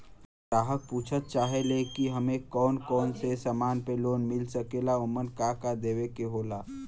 ग्राहक पुछत चाहे ले की हमे कौन कोन से समान पे लोन मील सकेला ओमन का का देवे के होला?